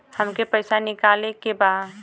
हमके पैसा निकाले के बा